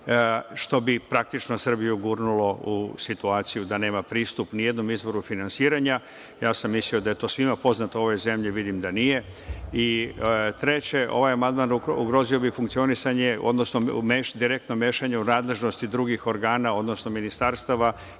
što bi praktično Srbiju gurnulo u situaciju da nema pristup ni jednom izvoru finansiranja. Mislio sam da je to svima poznato u ovoj zemlji, a vidim da nije. Treće, ovaj amandman ugrozio bi funkcionisanje, odnosno direktno mešanje u nadležnosti drugih organa, odnosno ministarstava